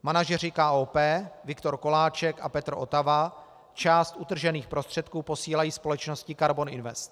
Manažeři K.O.P Viktor Koláček a Petr Otava část utržených prostředků posílají společnosti Karbon Invest.